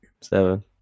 seven